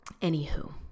anywho